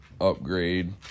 upgrade